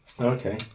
Okay